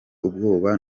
ubwoba